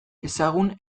ezagun